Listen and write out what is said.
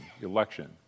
election